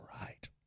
Right